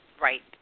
Right